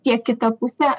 tiek kita pusė